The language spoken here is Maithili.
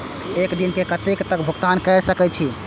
एक दिन में कतेक तक भुगतान कै सके छी